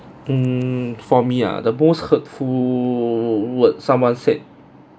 mm for me ah the most hurtful words someone said